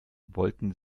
wollten